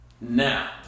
Now